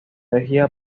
energía